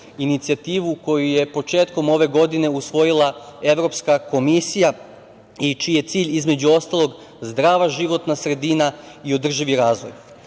inicijativu koju je početkom ove godine usvojila Evropska komisija i čiji je cilj između ostalog, zdrava životna sredina i održivi razvoj.S